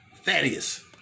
Thaddeus